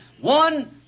one